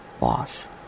loss